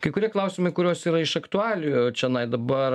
kai kurie klausimai kuriuos yra iš aktualijų čionai dabar